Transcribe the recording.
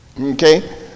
Okay